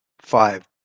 Five